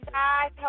guys